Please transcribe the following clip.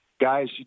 guys